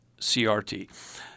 CRT